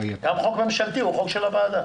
גם חוק ממשלתי הוא חוק של הוועדה.